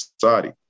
society